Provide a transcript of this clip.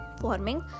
forming